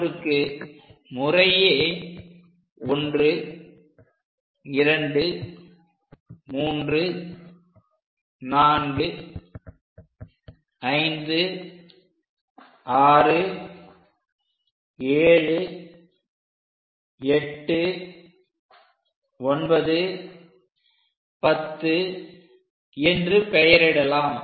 அவற்றுக்கு முறையே 1 2 3 4 5 6 7 8 9 10 என்று பெயரிடலாம்